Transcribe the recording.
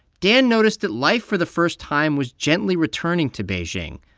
dan noticed that life for the first time was gently returning to beijing,